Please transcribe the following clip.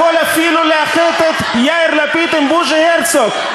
יכול אפילו לאחד את יאיר לפיד עם בוז'י הרצוג,